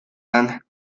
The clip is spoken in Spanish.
lana